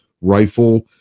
rifle